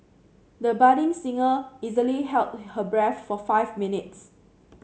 the budding singer easily held her breath for five minutes